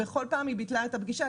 ובכל פעם היא ביטלה את הפגישה.